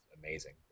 amazing